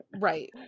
right